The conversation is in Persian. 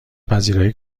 پذیرایی